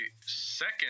second